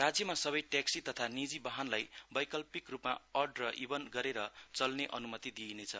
राज्यमा सबै ट्याक्सी तथा नीजि वाहनलाई वैकल्पिक रूपमा अड र इभन गरेर चलने अन्मति दिइने छ